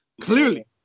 Clearly